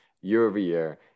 year-over-year